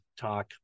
talk